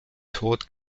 tod